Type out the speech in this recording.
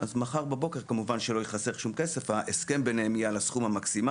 אז כמובן שבסוף לא ייחסך שום כסף וההסכם ביניהם יהיה על הסכום המקסימלי,